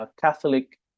Catholic